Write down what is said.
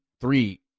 Three